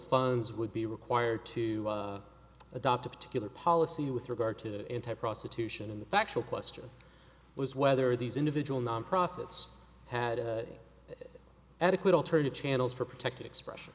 funds would be required to adopt a killer policy with regard to anti prostitution and the factual question was whether these individual non profits had adequate alternative channels for protected expression